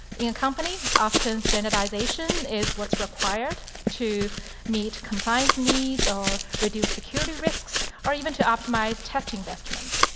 in a company, often standardization is what's required to meet compliance needs, or reduce security risks, or even to optimize test investment.